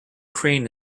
crane